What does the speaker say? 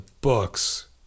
books